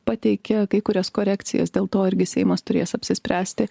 pateikė kai kurias korekcijas dėl to irgi seimas turės apsispręsti